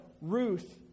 Ruth